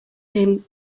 him